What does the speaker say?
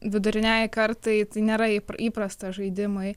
viduriniajai kartai tai nėra įprasta žaidimai